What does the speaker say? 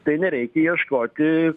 tai nereikia ieškoti